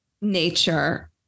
nature